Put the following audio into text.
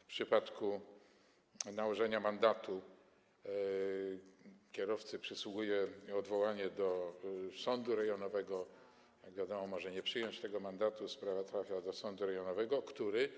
W przypadku bowiem nałożenia mandatu kierowcy przysługuje odwołanie do sądu rejonowego - wiadomo, może nie przyjąć tego mandatu i sprawa trafi do sądu rejonowego, który